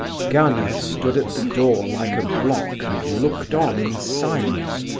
gania stood at the door like a block and looked on in silence,